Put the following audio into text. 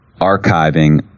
archiving